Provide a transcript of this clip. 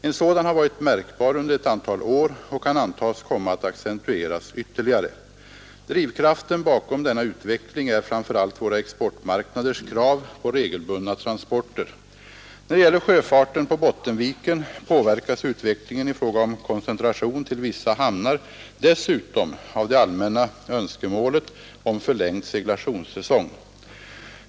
En sådan har varit märkbar under ett antal år och kan antas komma att accentueras ytterligare. Drivkraften bakom denna utveckling är framför allt våra exportmarknaders krav på regelbundna transporter. När det gäller sjöfarten på Bottenviken påverkas utvecklingen i fråga om koncentration till vissa hamnar dessutom av det allmänna önskemålet om förlängd seglationssäsong.